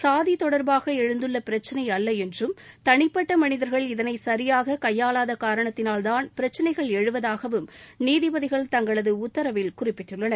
சாதிதொடர்பாகஎழுந்துள்ளபிரச்சினைஅல்லஎன்றும் தனிப்பட்டமனிதர்கள் இதனைசரியாககையாளாதகாரணத்தினால் தான் பிரச்சினைகள் எழுவதாகவும் நீதிபதிகள் தங்களதஉத்தரவில் குறிப்பிட்டுள்ளனர்